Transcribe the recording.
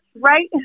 right